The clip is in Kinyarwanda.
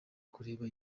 kureba